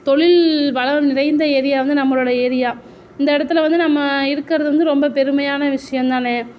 தொழில் வளம் நிறைந்த ஏரியா வந்து நம்மளோட ஏரியா இந்த இடத்துல வந்து நம்ம இருக்கிறது வந்து ரொம்ப பெருமையான விஷயந்தானே